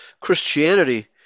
Christianity